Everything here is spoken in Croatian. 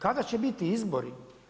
Kada će biti izbori?